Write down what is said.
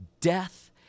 death